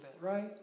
right